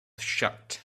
shut